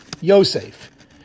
Yosef